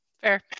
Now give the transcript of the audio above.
Fair